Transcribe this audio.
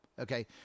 Okay